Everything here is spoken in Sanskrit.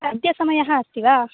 अद्य समयः अस्ति वा